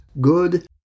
good